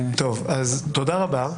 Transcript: טוב, אז תודה רבה.